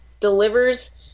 delivers